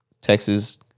Texas